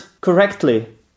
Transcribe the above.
correctly